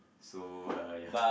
so uh ya